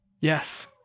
Yes